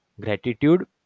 gratitude